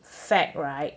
fact right